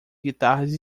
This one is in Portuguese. guitarras